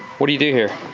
what do you do here?